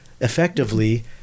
effectively